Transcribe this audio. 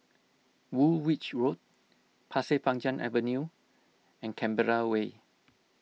Woolwich Road Pasir Panjang Avenue and Canberra Way